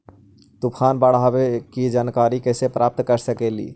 तूफान, बाढ़ आने की कैसे जानकारी प्राप्त कर सकेली?